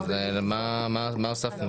אז מה הוספנו?